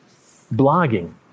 blogging